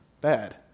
bad